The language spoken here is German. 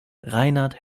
reinhard